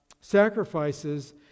sacrifices